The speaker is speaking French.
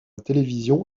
télévision